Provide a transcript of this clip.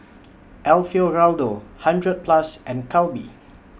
Alfio Raldo hundred Plus and Calbee